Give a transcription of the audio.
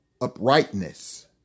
uprightness